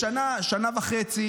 בשנה, שנה וחצי